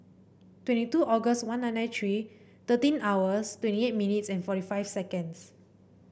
twenty two August one nine nine three thirteen hours twenty eight minutes and forty five seconds